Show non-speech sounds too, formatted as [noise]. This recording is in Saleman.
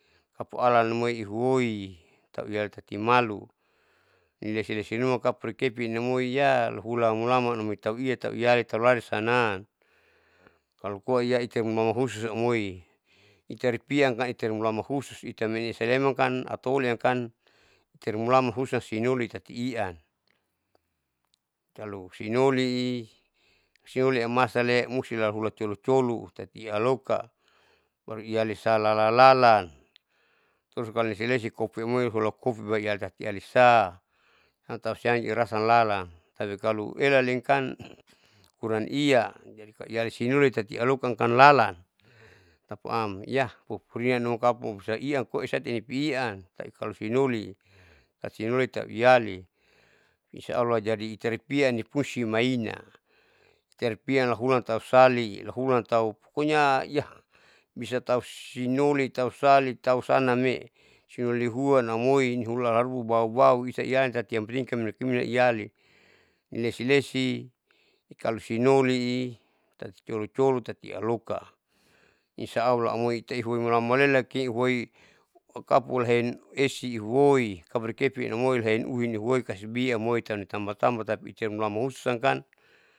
Kapu alan amoi ihuoi tauiali tati malu ilesi lesinuma kapurikepinamoi yaa hula mulaman tauia tauiali taulali sanam, kalo koa iaitamulaman husus amoi itaripiakan itari mulaman husus itame salemankan ataoli amkan termulaman husa sinoli tati ian kalu sinolii sinoli amasale musti lahuran colucolu tati ialoka baru ialisa lalalan, terus kalo nilesi lesi kopiamei rulakopi baitati ialisa tausian irasa lalan tapi kalo elalinkam [noise] kuran ia jadi kalo ialisinoli tati ia hukan kanlalan tapaam hiaya pupurina nonkapu ialiian koa isati ian tapi kalo sinoli tatisinoli tahu iali isaallah jadi iripia husi maina itari pian lahula tahu sali lahulan tau pokoknya [hesitation] bisatau sinoli tau sali tausan name sinoli huan amoin hularu baubau isaialin tati yang penting siamnokimina iali, ilesi lesi ikalo sinolii tati colucolu tati ialoka insa allah ahuite imulaman lelaki hoi kapukapu huoin esi huoi aporukepin amoi ohin ihuei kasibi iamoi itamba tamba tapiiem mulaman husakan.